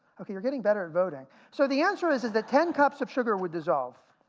ok, you're getting better voting. so the answer is is that ten cups of sugar would dissolve.